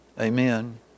Amen